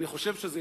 אני חושב שזה